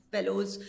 Fellows